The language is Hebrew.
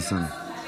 זה בהתאם לסמכות שלו.